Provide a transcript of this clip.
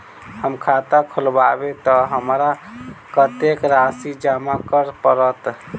हम खाता खोलेबै तऽ हमरा कत्तेक राशि जमा करऽ पड़त?